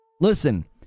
Listen